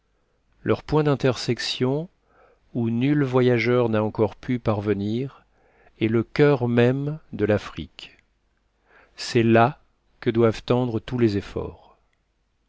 leur point d'intersection où nul voyageur n'a encore pu parvenir est le cur même de l'afrique c'est là que doivent tendre tous les efforts